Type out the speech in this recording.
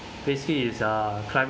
basically is uh climb